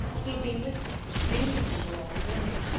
he had been with her, reading to her all the morning,